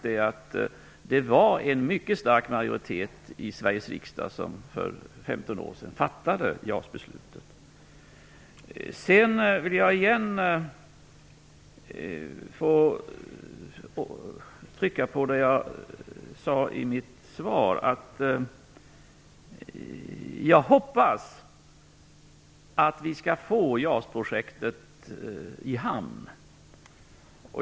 Det var en mycket stark majoritet i Sveriges riksdag som för 15 år sedan fattade JAS-beslutet. Jag vill återigen trycka på det jag sade i mitt svar. Jag hoppas att vi skall få JAS-projektet i hamn.